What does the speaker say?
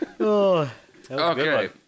Okay